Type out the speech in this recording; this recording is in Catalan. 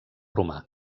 romà